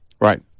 Right